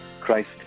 Christ